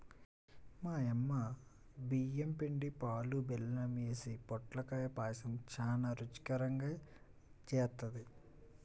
మా యమ్మ బియ్యం పిండి, పాలు, బెల్లం యేసి పొట్లకాయ పాయసం చానా రుచికరంగా జేత్తది